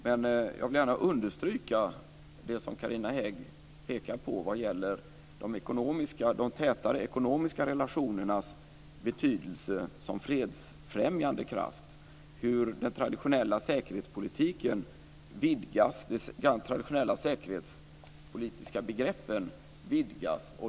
Men jag vill gärna understryka det som Carina Hägg pekar på vad gäller de tätare ekonomiska relationernas betydelse som fredsfrämjande kraft och hur de traditionella säkerhetspolitiska begreppen vidgas.